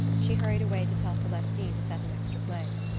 she hurried away to tell celestine to set an extra place.